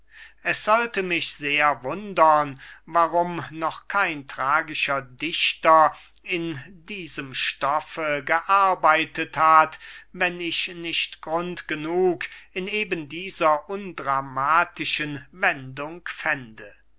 es sollte mich sehr wundern warum noch kein tragischer dichter in diesem stoffe gearbeitet hat wenn ich nicht grund genug in eben dieser undramatischen wendung fände